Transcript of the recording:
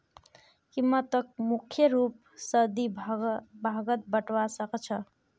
कीमतक मुख्य रूप स दी भागत बटवा स ख छ